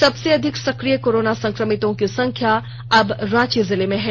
सबसे अधिक सकिय कोरोना संकमितों की संख्या अब रांची जिले में है